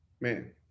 Man